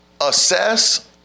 assess